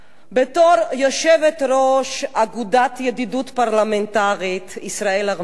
בתור יושבת-ראש אגודת הידידות הפרלמנטרית ישראל-ארמניה,